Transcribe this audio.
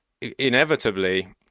inevitably